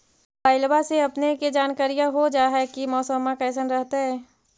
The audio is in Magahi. मोबाईलबा से अपने के जानकारी हो जा है की मौसमा कैसन रहतय?